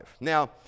Now